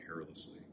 carelessly